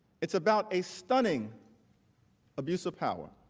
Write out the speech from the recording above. it's about a stunning abuse of power.